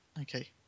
Okay